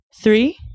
Three